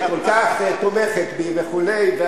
שכל כך תומכת בי וכו' תמיד.